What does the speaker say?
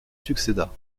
succéda